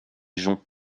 joncs